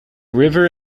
river